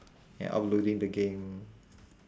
and uploading the game